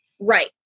Right